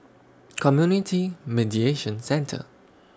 Community Mediation Centre